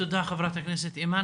תודה, חברת הכנסת אימאן.